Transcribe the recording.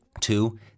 Two